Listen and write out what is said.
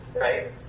right